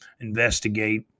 investigate